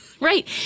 Right